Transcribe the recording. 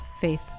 faith